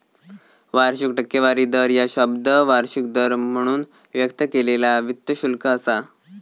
वार्षिक टक्केवारी दर ह्या शब्द वार्षिक दर म्हणून व्यक्त केलेला वित्त शुल्क असा